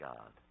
God